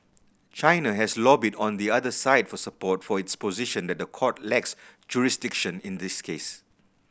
China has lobbied on the other side for support for its position that the court lacks jurisdiction in this case